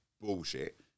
bullshit